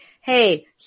Hey